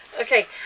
Okay